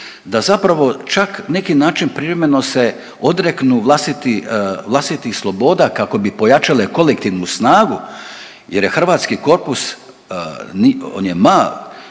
da zapravo čak na neki način se privremeno odreknu vlastitih sloboda kako bi pojačale kolektivnu snagu jer je hrvatski korpus on je mali